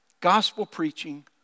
gospel-preaching